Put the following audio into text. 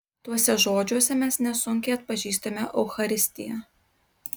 tuose žodžiuose mes nesunkiai atpažįstame eucharistiją